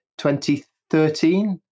2013